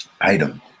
item